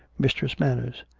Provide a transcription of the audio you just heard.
mistress manners,